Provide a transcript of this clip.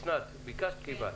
בבקשה.